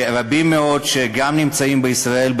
ורבים מאוד שגם נמצאים בישראל,